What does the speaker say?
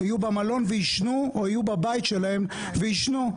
הם יהיו במלון ויישנו או שהם יהיו בבית שלהם ויישנו.